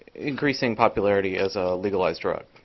increasing popularity as a legalized drug.